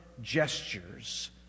gestures